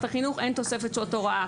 החינוך הוא שאין תוספת שעות הוראה.